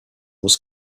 was